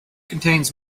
contains